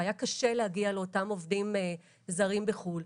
והיה קשה להגיע לאותם עובדים זרים בחו"ל.